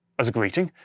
as a greeting.